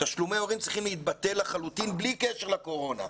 תשלומי הורים צריכים להתבטל לחלוטין בלי קשר לקורונה,